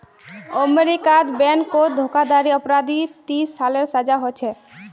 अमेरीकात बैनकोत धोकाधाड़ी अपराधी तीस सालेर सजा होछे